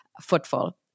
footfall